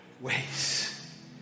ways